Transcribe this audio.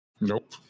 Nope